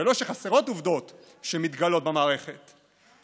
ולא שחסרות עובדות שמתגלות במערכת,